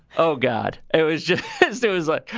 oh, god. it was just there was like,